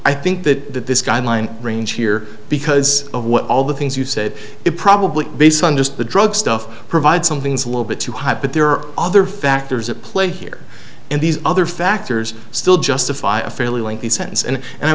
i think that this guideline range here because of what all the things you said it probably based on just the drug stuff provide some things a little bit too high but there are other factors at play here and these other factors still justify a fairly lengthy sentence and and i